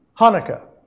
Hanukkah